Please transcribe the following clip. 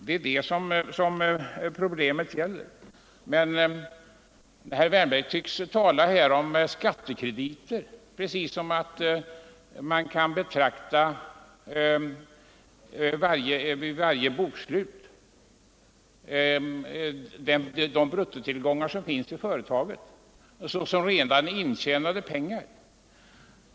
Detta är vad det gäller, men herr Wärnberg talar här om skattekrediter, precis som om man kunde betrakta de bruttotillgångar som finns i företagen vid bokslutstillfällena såsom redan intjänade pengar.